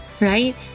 right